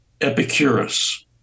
Epicurus